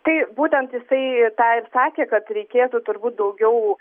tai būtent jisai tą ir sakė kad reikėtų turbūt daugiau